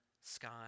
sky